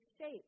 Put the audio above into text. shape